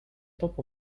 top